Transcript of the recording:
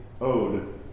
ode